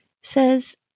says